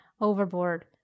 Overboard